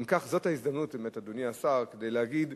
אם כך, זאת ההזדמנות, באמת, אדוני השר, להעלות